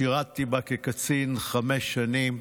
שירתי בה כקצין חמש שנים,